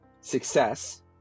success